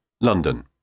London